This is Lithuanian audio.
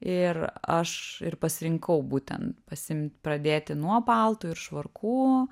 ir aš ir pasirinkau būtent pasiim pradėti nuo paltų ir švarkų